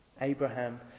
Abraham